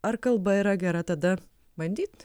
ar kalba yra gera tada bandyt